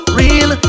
real